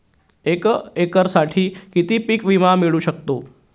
एका एकरसाठी किती पीक विमा मिळू शकतो?